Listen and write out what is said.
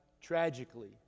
tragically